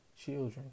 children